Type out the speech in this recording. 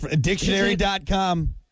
dictionary.com